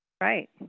Right